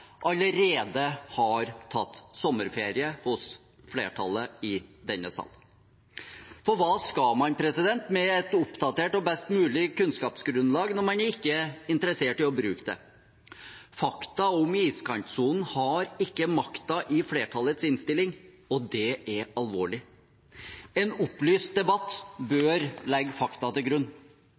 allerede har tatt sommerferie hos flertallet i denne sal. For hva skal man med et oppdatert og best mulig kunnskapsgrunnlag når man ikke er interessert i å bruke det? Fakta om iskantsonen har ikke makten i flertallets innstilling, og det er alvorlig. En opplyst debatt bør legge fakta til grunn.